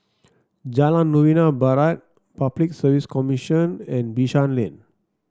Jalan Novena Barat Public Service Commission and Bishan Lane